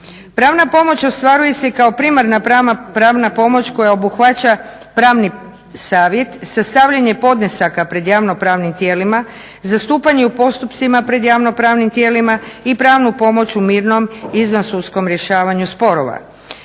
Pravna pomoć ostvaruje se kao primarna pravna pomoć koja obuhvaća pravni savjet, sastavljanje podnesaka pred javnopravnim tijelima, zastupanje u postupcima pred javnopravnim tijelima i pravnu pomoć u mirnom izvansudskom rješavanju sporova.